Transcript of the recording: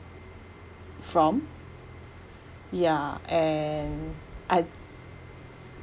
from ya and I